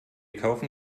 kaufen